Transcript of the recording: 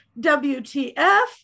WTF